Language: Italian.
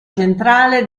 centrale